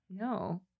no